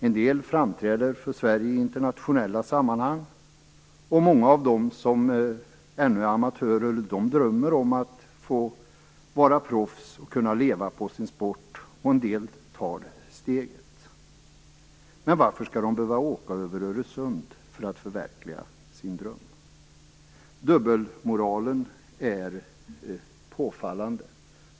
En del framträder för Sverige i internationella sammanhang, och många av dem som ännu är amatörer drömmer om att bli proffs och att kunna leva på sin sport. En del tar också det steget. Men varför skall de behöva att åka över Öresund för att förverkliga sin dröm? Dubbelmoralen är påfallande.